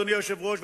אדוני היושב-ראש,